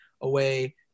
away